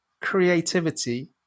creativity